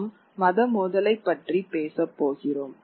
நாம் மத மோதலைப் பற்றி பேசப் போகிறோம்